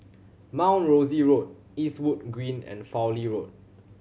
Mount Rosie Road Eastwood Green and Fowlie Road